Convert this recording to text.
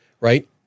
right